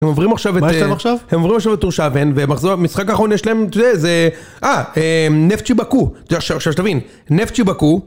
הם עוברים עכשיו את... הם עוברים עכשיו את טורש אבן והם מחזור המשחק האחרון יש להם, אתה יודע, זה... אה, נפצ'י בקו, שתבין, נפצ'י בקו...